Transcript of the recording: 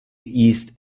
east